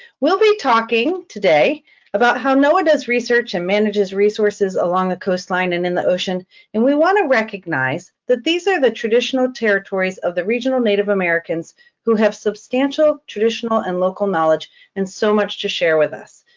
we'll be talking today about how noaa does research and manages resources along the coastline and in the ocean and we want to recognize that these are the traditional territories of the regional native americans who have substantial, traditional and local knowledge and so much to share with us.